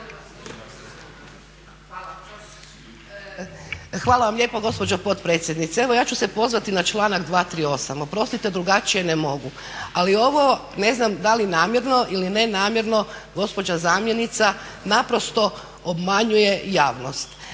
Hvala lijepo gospođo potpredsjednice. Evo ja ću se pozvati na članak 238.oprostite drugačije ne mogu, ali ovo ne znam da li namjerno ili nenamjerno gospođa zamjenica naprosto obmanjuje javnost,